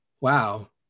wow